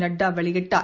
நட்டா வெளியிட்டார்